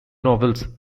novels